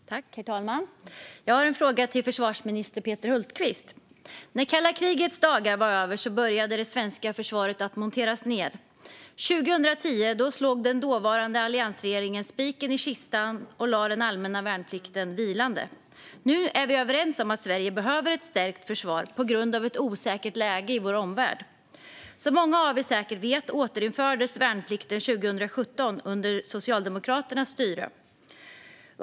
Herr talman! Jag har en fråga till försvarsminister Peter Hultqvist. När kalla krigets dagar var över började det svenska försvaret monteras ned. År 2010 slog den dåvarande alliansregeringen spiken i kistan och gjorde den allmänna värnplikten vilande. Nu är vi överens om att Sverige behöver ett stärkt försvar på grund av ett osäkert läge i vår omvärld. Som många av er säkert vet återinfördes värnplikten 2017 under Socialdemokraternas styre.